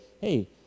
hey